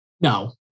No